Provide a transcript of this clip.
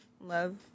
Love